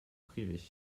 privés